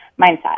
mindset